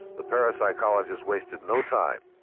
the parapsychologists wasted no time.